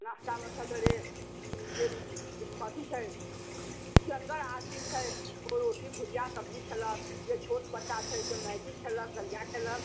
नास्तामे सवेरे जे जे अथी छै यन्गर आदमी छै ओ रोटी भुजिया सब्जी खेलक जे छोट बच्चा छै से मैगी खेलक दलिया खेलक